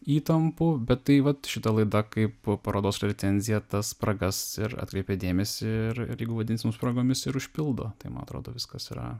įtampų bet tai vat šita laida kaip parodos pretenzija tas spragas ir atkreipė dėmesį ir ir jeigu vadinsime spragomis ir užpildo tai man atrodo viskas yra